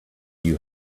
you